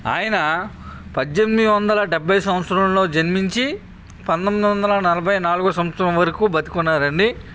ఆయన పద్దెనిమిది వందల డెబ్భై సంవత్సరంలో జన్మించి పంతొమ్మిది వందల నలభై నాలుగో సంవత్సరం వరకు బతికున్నారండి